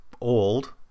old